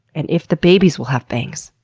and if the babies will have bangs.